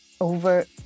Over